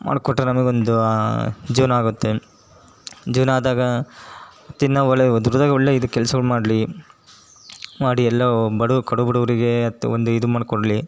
ಮಾಡ್ಕೊಟ್ರೆ ನಮಗೊಂದು ಜೀವನ ಆಗುತ್ತೆ ಜೀವನ ಆದಾಗ ಮತ್ತಿನ್ನು ಒಲೆ ದುರ್ಗ್ದಾಗೆ ಒಳ್ಳೆಯ ಇದು ಕೆಲಸ ಮಾಡಲಿ ಮಾಡಿ ಎಲ್ಲ ಬಡ ಕಡು ಬಡವರಿಗೆ ಅಂತ ಒಂದು ಇದು ಮಾಡಿಕೊಡ್ಲಿ